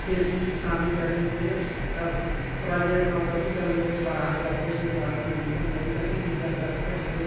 खेती किसानी करेंगे या सोख प्राइवेट नौकरी कर लेंगे बाहर जाकर गुजरात दिल्ली मुम्बई कहीं भी जाकर के हम लोग